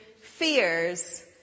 fears